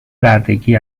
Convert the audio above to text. بردگی